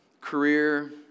Career